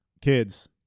kids